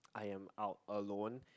I am out alone